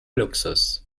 luxus